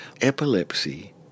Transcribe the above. epilepsy